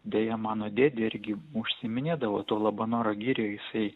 deja mano dėdė irgi užsiiminėdavo tuo labanoro girioj jisai